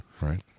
right